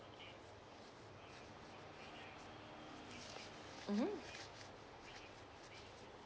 mmhmm